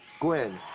gwen?